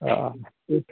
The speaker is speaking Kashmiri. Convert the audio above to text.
آ